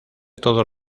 todos